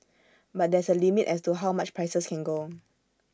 but there's A limit as to how much prices can go